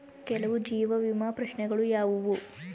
ಕೆಲವು ಜೀವ ವಿಮಾ ಪ್ರಶ್ನೆಗಳು ಯಾವುವು?